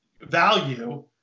value